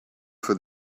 for